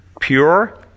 pure